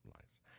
lies